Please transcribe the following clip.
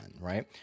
right